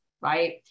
right